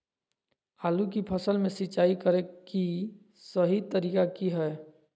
आलू की फसल में सिंचाई करें कि सही तरीका की हय?